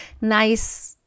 nice